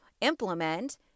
implement